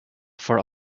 for